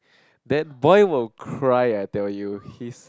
that boy will cry I tell you he's